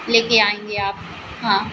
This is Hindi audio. लेके आएँगे आप हाँ